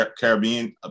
Caribbean